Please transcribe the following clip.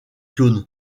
clones